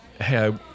hey